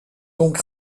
donc